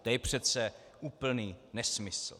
To je přece úplný nesmysl.